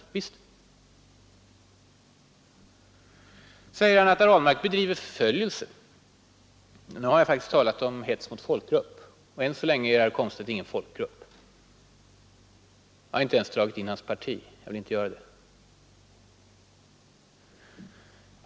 Herr Komstedt säger att jag bedriver ”förföljelse”. Men nu har jag faktiskt talat om hets mot folkgrupp, och än så länge är herr Komstedt ingen folkgrupp. Jag har inte ens dragit in hans parti; jag vill inte göra det.